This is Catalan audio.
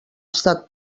estat